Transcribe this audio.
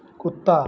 कुत्ता